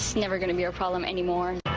never going to be a problem anymore.